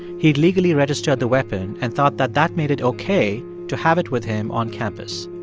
he'd legally registered the weapon and thought that that made it ok to have it with him on campus.